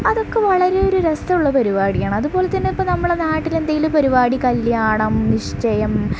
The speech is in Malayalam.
അതൊക്കെ വളരെ ഒരു രസമുള്ള പരിപാടിയാണ് അതുപോലെ തന്നെ ഇപ്പോൾ നമ്മുടെ നാട്ടിൽ എന്തെങ്കിലും ഒരു പരിപാടി കല്യാണം നിശ്ചയം